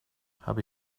habe